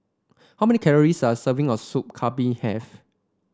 how many calories does a serving of Soup Kambing have